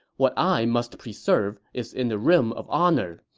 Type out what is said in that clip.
what i must preserve is in the realm of honor.